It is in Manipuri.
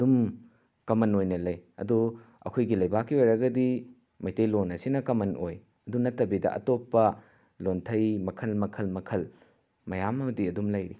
ꯑꯗꯨꯝ ꯀꯃꯟ ꯑꯣꯏꯅ ꯂꯩ ꯑꯗꯣ ꯑꯩꯈꯣꯏꯒꯤ ꯂꯩꯕꯥꯛꯀꯤ ꯑꯣꯏꯔꯒꯗꯤ ꯃꯩꯇꯩ ꯂꯣꯟ ꯑꯁꯤꯅ ꯀꯃꯟ ꯑꯣꯏ ꯑꯗꯨ ꯅꯠꯇꯕꯤꯗ ꯑꯇꯣꯞꯄ ꯂꯣꯟꯊꯩ ꯃꯈꯜ ꯃꯈꯜ ꯃꯈꯜ ꯃꯌꯥꯝ ꯑꯃꯗꯤ ꯑꯗꯨꯝ ꯂꯩꯔꯤ